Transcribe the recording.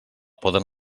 poden